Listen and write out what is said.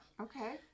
Okay